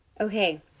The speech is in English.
Okay